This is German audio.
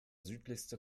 südlichste